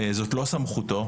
זאת לא סמכותו,